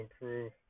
improve